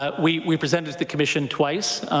ah we we presented to the commission twice.